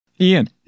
ian